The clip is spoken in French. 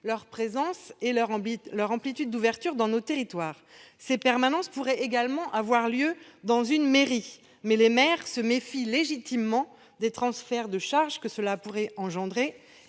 leur présence et leur amplitude d'ouverture réduites dans nos territoires. Ces permanences pourraient également avoir lieu dans une mairie, mais les maires se méfient légitimement des transferts de charges que cela pourrait engendrer